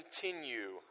continue